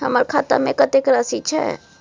हमर खाता में कतेक राशि छै?